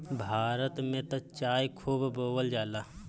भारत में त चाय खूब बोअल जाला